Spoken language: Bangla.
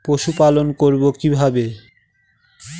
পশুপালন করব কিভাবে?